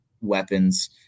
weapons